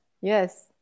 Yes